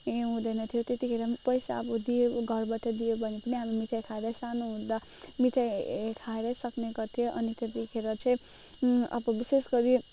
केही हुँदैनथ्यो त्यतिखेर पैसा अबबो दियो घरबाट दियो भने पनि अब मिठाई खाँदा सानो हुँदा मिठाई खाएरै सक्ने गर्थ्यो अनि त्यतिखेर चाहिँ अब विशेष गरी